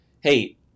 hey